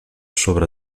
sobre